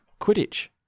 Quidditch